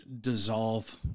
dissolve